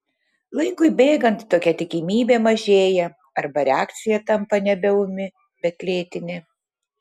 laikui bėgant tokia tikimybė mažėja arba reakcija tampa nebe ūmi bet lėtinė